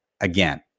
again